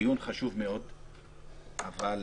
דיון חשוב מאוד, אבל